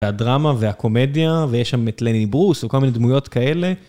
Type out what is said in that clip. והדרמה והקומדיה, ויש שם את לני ברוס וכל מיני דמויות כאלה.